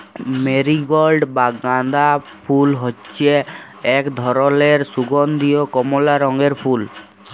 marigold বা গাঁদা ফুল হচ্যে এক ধরলের সুগন্ধীয় কমলা রঙের ফুল